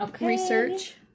research